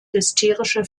hysterische